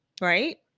Right